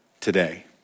today